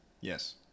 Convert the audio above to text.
yes